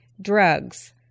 drugs